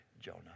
Jonah